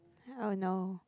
oh no